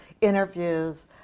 interviews